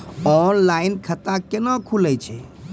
Online खाता केना खुलै छै?